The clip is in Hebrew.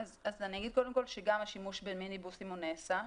אז אני אגיד קודם כל שגם השימוש במיניבוסים הוא נעשה.